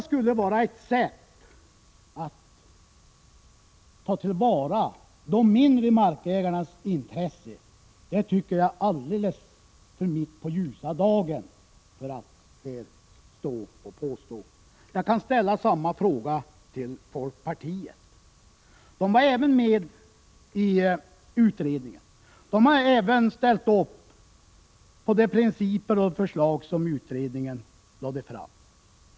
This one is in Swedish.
Skulle detta vara ett sätt att ta till vara de mindre markägarnas intressen? Hur kan man påstå något sådant mitt på ljusan dag? Jag kan ställa samma fråga till folkpartiet, som också var med i utredningen och som ställt upp för de principer och förslag som utredningen lade fram.